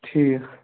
ٹھیٖک